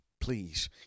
please